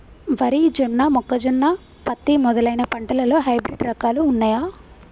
వరి జొన్న మొక్కజొన్న పత్తి మొదలైన పంటలలో హైబ్రిడ్ రకాలు ఉన్నయా?